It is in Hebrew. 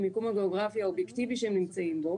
המיקום הגיאוגרפי האובייקטיבי שהם נמצאים בו.